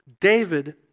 David